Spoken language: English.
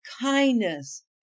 kindness